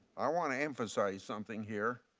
i want to emphasize something here.